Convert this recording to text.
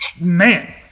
man